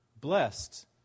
Blessed